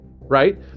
right